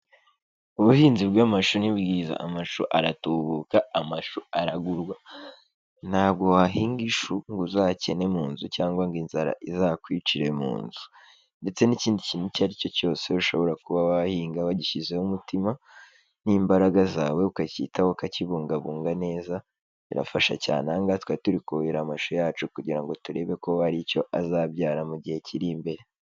Ubuhinzi bw'amashu ni bwiza. Amashu aratubuka, amashu aragurwa, ntabwo wahinga ishu ngo uzakene mu nzu cyangwa ngo inzara izakwicire mu nzu ndetse n'ikindi kintu icyo ari cyo cyose ushobora kuba wahinga wagishyizeho umutima n'imbaraga zawe, ukacyitaho, ukakibungabunga neza birafasha cyane. Aha ngaha twari turi kuhira amashu yacu kugira ngo turebe ko hari icyo azabyara mu gihe kiri imbere.